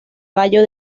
barrio